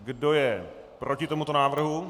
Kdo je proti tomuto návrhu?